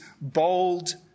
bold